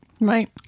right